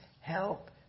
help